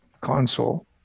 console